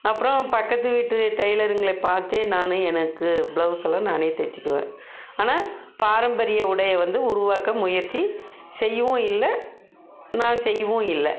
அப்றம் பக்கத்து வீட்டு டெய்லருங்களை பார்த்தே நான் எனக்கு பிளவுஸ்லாம் நான் தைச்சிக்குவேன் ஆனால் பாரம்பரிய உடையை வந்து உருவாக்க முயற்சி செய்யவும் இல்லை நான் செய்யவும் இல்லை